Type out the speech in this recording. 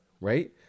right